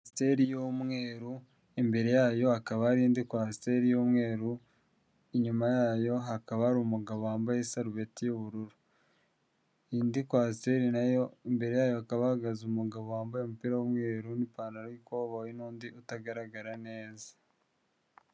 Kwasiteri y'umweru, imbere yayo akaba ari indi kwasiteri y'umweru, inyuma yayo hakaba hari umugabo wambaye isarubeti y'ubururu, indi kwasiteri nayo imbere yayo hakaba hahagaze umugabo wambaye umupira w'umweru, n'ipantaro y'ikoboyi n'undi utagaragara neza.